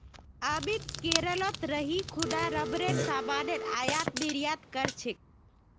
अमित केरलत रही खूना रबरेर सामानेर आयात निर्यात कर छेक